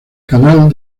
canal